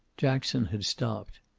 jackson had stopped.